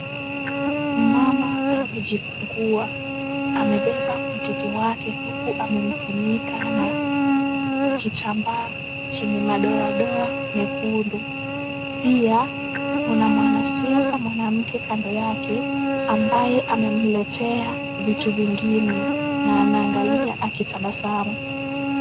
Mama amejifungua. Amebeba mtoto wake huku amemfunika na kitambaa chenye madoadoa mekundu. Pia, kuna mwanasiasa mwanamke kando yake, ambaye amemletea vitu vingine, na anaangalia akitabasamu.